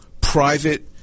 private